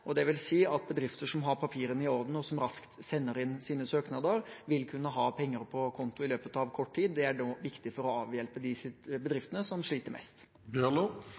at bedrifter som har papirene i orden, og som raskt sender inn sine søknader, vil kunne ha penger på konto i løpet av kort tid. Det er viktig for å avhjelpe de bedriftene som sliter